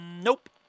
Nope